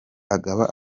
agaba